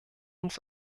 uns